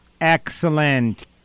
Excellent